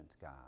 God